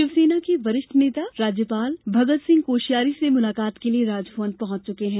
शिवसेना के वरिष्ठ नेता राज्यपाल भगत सिंह कोश्यारी से मुलाकात के लिए राजभवन पहंच चुके हैं